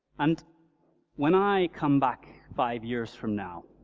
and when i come back, five years from now,